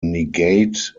negate